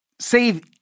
save